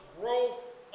growth